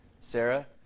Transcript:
Sarah